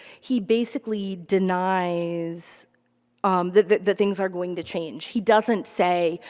he basically denies that that things are going to change. he doesn't say,